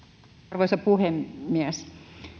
arvoisa puhemies